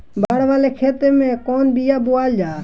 बाड़ वाले खेते मे कवन बिया बोआल जा?